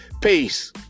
Peace